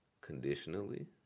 conditionally